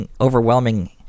overwhelming